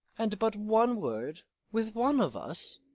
and but one word with one of us?